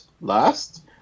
last